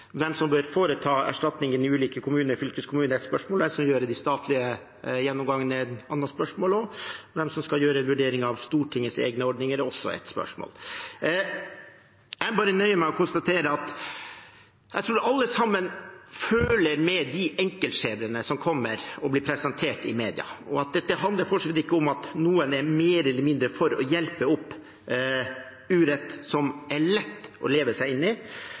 er ett spørsmål. Hvem som skal gjøre de statlige gjennomgangene, er et annet spørsmål. Hvem som skal gjøre en vurdering av Stortingets egne ordninger, er også et spørsmål. Jeg nøyer meg bare med å konstatere at jeg tror alle føler med de enkeltskjebnene som blir presentert i media, og at dette for så vidt ikke handler om at noen er mer eller mindre for å rette opp urett som det er lett å leve seg inn i.